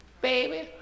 Baby